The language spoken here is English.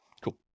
Cool